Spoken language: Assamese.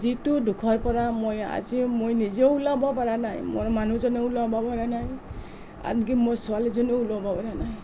যিটো দুখৰ পৰা মই আজি মই নিজে ওলাব পৰা নাই মোৰ মানুহজনো ওলাব পৰা নাই আনকি মোৰ ছোৱালীজনীও ওলাব পৰা নাই